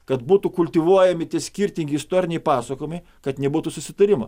kad būtų kultivuojami tie skirtingi istoriniai pasakojimai kad nebūtų susitarimo